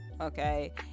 okay